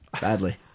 badly